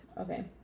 okay